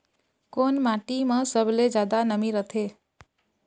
कोन माटी म सबले जादा नमी रथे?